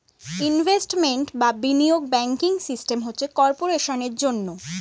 investment বা বিনিয়োগ banking system হচ্ছে কর্পোরেশনের জন্যে